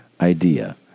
idea